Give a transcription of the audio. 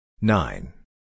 Nine